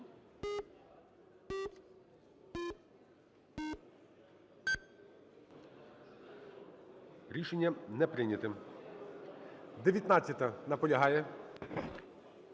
Рішення не прийняте. 19-а – наполягає.